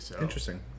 Interesting